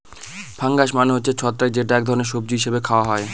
fungus মানে হচ্ছে ছত্রাক যেটা এক ধরনের সবজি হিসেবে খাওয়া হয়